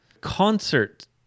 concert